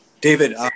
David